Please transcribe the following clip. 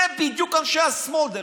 זה בדיוק אנשי השמאל.